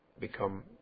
become